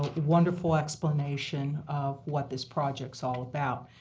wonderful explanation of what this project is all about,